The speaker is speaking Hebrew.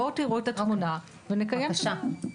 בואו תראו את התמונה ונקיים את הדיון.